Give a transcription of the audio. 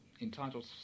entitled